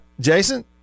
Jason